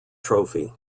trophy